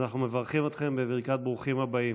אז אנחנו מברכים אתכם בברכת ברוכים הבאים.